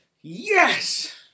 Yes